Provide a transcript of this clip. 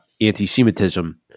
anti-Semitism